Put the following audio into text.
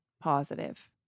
positive